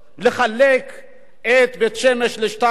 לחלק את בית-שמש לשניים.